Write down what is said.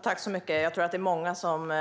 Fru talman! Jag tror att det är många som